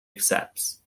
accepts